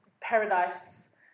paradise